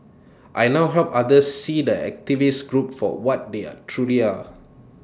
I now help others see the activist group for what they are truly are